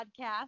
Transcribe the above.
podcast